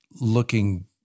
looking